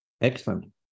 Excellent